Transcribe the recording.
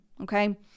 okay